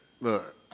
look